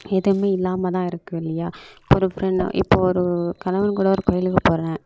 எதுவுமே இல்லாம தான் இருக்கு இல்லையா இப்போ ஒரு ஃப்ரெண் இப்போ ஒரு கணவன் கூட ஒரு கோயிலுக்கு போகறேன்